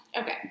Okay